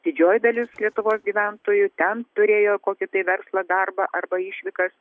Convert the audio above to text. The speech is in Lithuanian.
didžioji dalis lietuvos gyventojų ten turėjo kokį tai verslą darbą arba išvykas